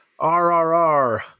RRR